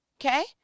okay